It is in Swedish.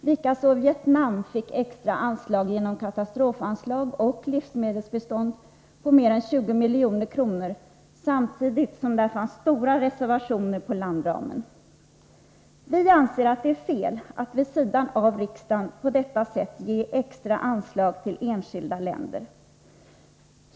Likaså fick Vietnam extra anslag genom katastrofanslag och livsmedelsbistånd på mer än 20 milj.kr., samtidigt som det där fanns stora reservationer på landramen. Vi anser att det är fel att vid sidan av riksdagen på detta sätt ge extra anslag till enskilda länder.